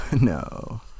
No